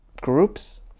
groups